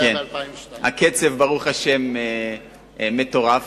הקצב, ברוך השם, מטורף.